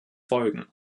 folgen